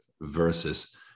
versus